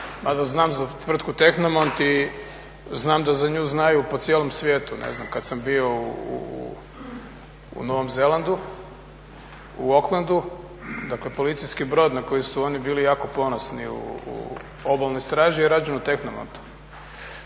Mada znam za tvrtku Technomont i znam da za nju znaju po cijelom svijetu. Ne znam, kad sam bio u Novom Zelandu, u Oaklandu, dakle policijski brod na koji su oni bili jako ponosni u obalnoj straži je rađen u Technomontu.